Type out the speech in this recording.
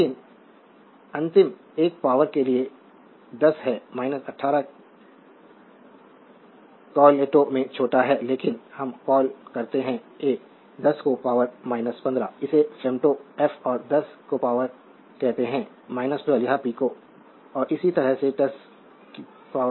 slide समय देखें 1316 लेकिन अंतिम एक पावर के लिए 10 है 18 इसे कॉलएटो में छोटा है जिसे हम कॉलकरते हैं आ 10 को पावर 15 इसे फेम्टो एफ और 10 को पावर कहते हैं 12 यह पिको पी और इसी तरह है